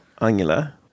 Angela